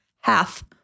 Half